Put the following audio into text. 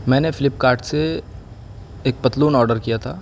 میں نے Flipkart سے ایک پتلون آرڈر کیا تھا